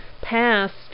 passed